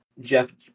Jeff